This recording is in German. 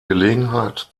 gelegenheit